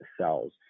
cells